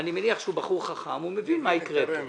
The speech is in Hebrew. ואני מניח שהוא בחור חכם ומבין מה יקרה.